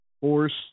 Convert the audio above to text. force